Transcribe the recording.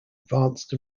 advanced